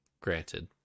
granted